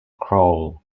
crawl